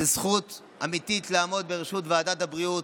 זו זכות אמיתית, לעמוד בראשות ועדת הבריאות,